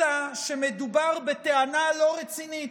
אלא שמדובר בטענה לא רצינית.